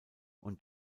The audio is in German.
und